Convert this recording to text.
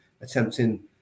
attempting